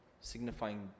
signifying